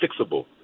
fixable